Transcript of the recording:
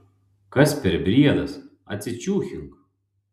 kas per briedas atsičiūchink